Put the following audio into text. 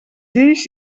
lleis